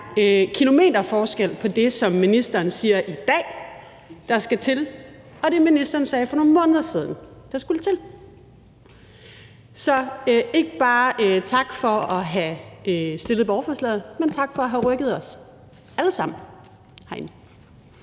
kæmpestor forskel på det, som ministeren siger i dag at der skal til, og det, ministeren sagde for nogle måneder siden at der skulle til. Så tak, ikke bare for at have stillet borgerforslaget, men tak for at have rykket os alle sammen